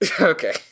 okay